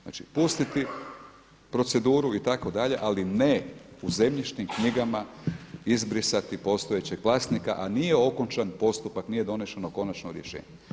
Znači pustiti proceduru itd., ali ne u zemljišnim knjigama izbrisati postojećeg vlasnika, a nije okončan postupak, nije donešeno konačno rješenje.